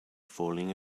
falling